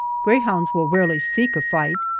greyhounds will rarely seek a fight,